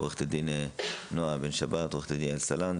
עורכת הדין נעה בן שבת, עורכת הדין יעל סלנט,